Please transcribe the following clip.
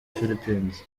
philippines